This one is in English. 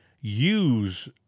use